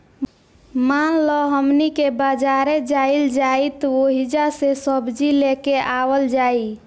मान ल हमनी के बजारे जाइल जाइत ओहिजा से सब्जी लेके आवल जाई